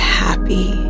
happy